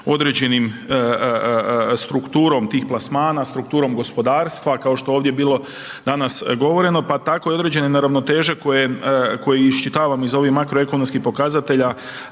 određenim strukturom tih plasmana, strukturom gospodarstva, kao što je ovdje bilo danas govoreno, pa tako i određene neravnoteže koje, koje iščitavamo iz ovih makroekonomskih pokazatelja